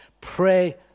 Pray